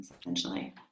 essentially